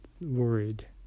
Worried